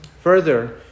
further